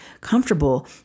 comfortable